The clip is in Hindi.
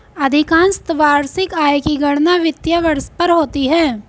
अधिकांशत वार्षिक आय की गणना वित्तीय वर्ष पर होती है